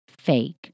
fake